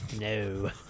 No